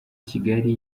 kigali